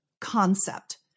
concept